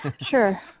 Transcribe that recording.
sure